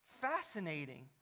fascinating